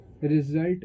result